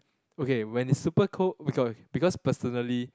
okay when it's super cold beca~ because personally